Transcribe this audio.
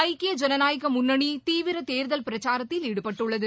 ஐக்கிய ஜனநாயக முன்னணி அணி தீவிர தேர்தல் பிரசாரத்தில் ஈடுபட்டுள்ளது